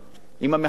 עם המחאה הזאת,